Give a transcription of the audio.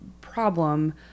problem